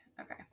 Okay